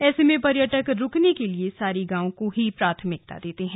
ऐसे में पर्यटक रुकने के लिए सारी गांव को ही प्राथमिकता देते हैं